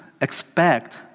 expect